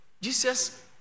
Jesus